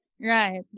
Right